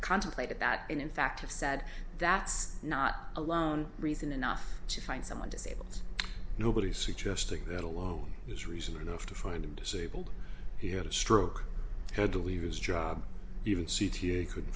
contemplated that and in fact have said that's not alone reason enough to find someone disabled nobody's suggesting that alone is reason enough to find a disabled he had a stroke had to leave his job even c t a couldn't